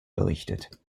berichtet